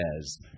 says